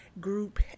group